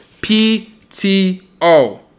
PTO